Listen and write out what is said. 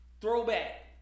throwback